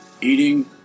eating